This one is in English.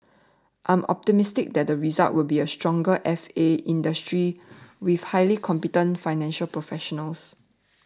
I am optimistic that the result will be a stronger F A industry with highly competent financial professionals